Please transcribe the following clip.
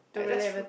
I just r~